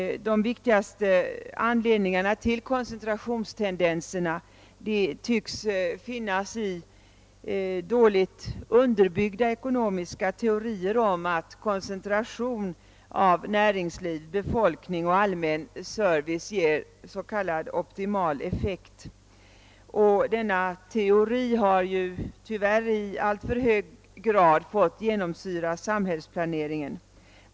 Den viktigaste anledningen till koncentrationstendenserna tycks vara dåligt underbyggda ekonomiska teorier om att koncentration av näringsliv, befolkning och allmän service ger s.k. optimal effekt. Denna teori har tyvärr i alltför hög grad fått genomsyra samhällsplaneringen.